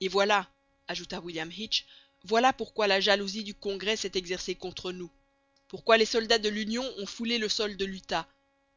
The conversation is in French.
et voilà ajouta william hitch voilà pourquoi la jalousie du congrès s'est exercée contre nous pourquoi les soldats de l'union ont foulé le sol de l'utah